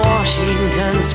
Washington